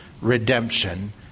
redemption